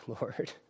Lord